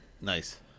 Nice